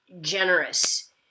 generous